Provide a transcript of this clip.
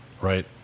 right